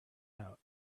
out